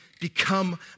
become